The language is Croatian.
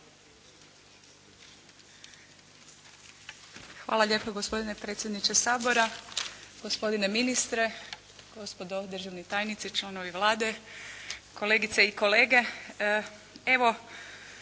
Hvala lijepa gospodine predsjedniče Sabora, gospodine ministre, gospodo državni tajnici, članovi Vlade, kolegice i kolege.